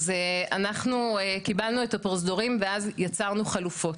אז אנחנו קיבלנו את הפרוזדורים ואז יצרנו חלופות,